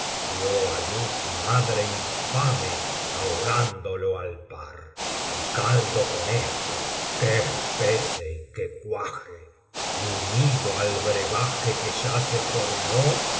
dio á luz madre infame ahogándolo al par el caldo con esto que espese y que cuaje y unido al brebaje que ya se formó